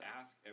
ask